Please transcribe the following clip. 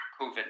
COVID